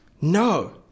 No